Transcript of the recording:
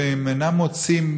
והם אינם מוצאים.